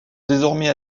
désormais